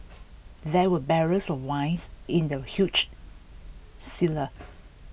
there were barrels of wines in the huge cellar